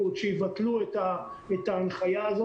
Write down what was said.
עוד לא קיבלת אותו?